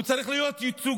הוא צריך להיות ייצוגי,